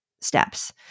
Steps